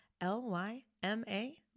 L-Y-M-A